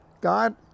God